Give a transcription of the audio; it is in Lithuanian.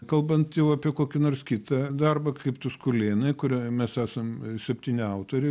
kalbant apie kokį nors kitą darbą kaip tuskulėnai kurio mes esam septyni autoriai